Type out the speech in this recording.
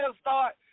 start